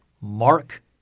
Mark